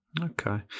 okay